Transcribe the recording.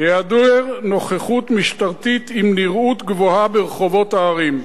היעדר נוכחות משטרתית עם נראות גבוהה ברחובות הערים,